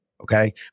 Okay